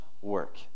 work